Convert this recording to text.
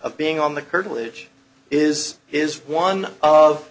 of being on the curtilage is is one of